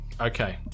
Okay